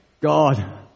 God